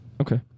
Okay